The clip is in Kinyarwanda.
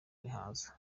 bihaza